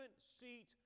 seat